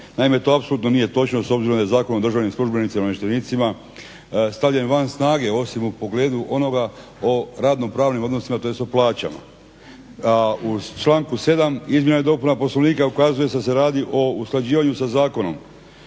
Naime, to apsolutno nije točno s obzirom da je Zakon o državnim službenicima i namještenicima stavljen van snage, osim u pogledu onoga o radnopravnim odnosima, tj. o plaćama. U članku 7. Izmjena i dopuna Poslovnika ukazuje da se radi o usklađivanju sa zakonom.